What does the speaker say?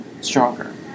stronger